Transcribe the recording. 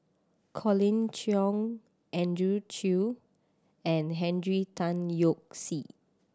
Colin Cheong Andrew Chew and Henry Tan Yoke See